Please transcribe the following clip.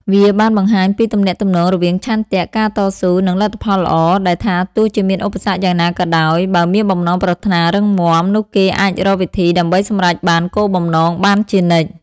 វាបានបង្ហាញពីទំនាក់ទំនងរវាងឆន្ទៈ ការតស៊ូ និងលទ្ធផលល្អ ដែលថាទោះជាមានឧបសគ្គយ៉ាងណាក៏ដោយ បើមានបំណងប្រាថ្នារឹងមាំ នោះគេអាចរកវិធីដើម្បីសម្រេចបានគោលបំណងបានជានិច្ច។